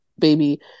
Baby